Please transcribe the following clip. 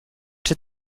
czy